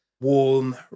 warm